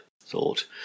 thought